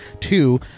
Two